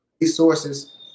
resources